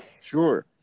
sure